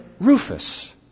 Rufus